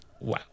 Wow